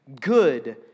good